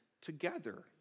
together